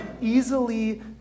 easily